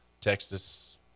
Texas